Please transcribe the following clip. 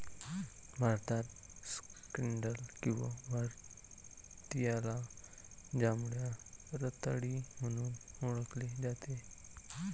भारतात स्कँडल किंवा भारतीयाला जांभळ्या रताळी म्हणून ओळखले जाते